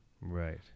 Right